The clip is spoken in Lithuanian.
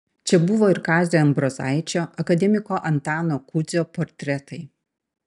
čia buvo ir kazio ambrozaičio akademiko antano kudzio portretai